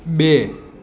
બે